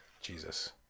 Jesus